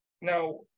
now